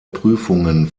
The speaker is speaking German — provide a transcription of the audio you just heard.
prüfungen